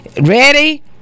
ready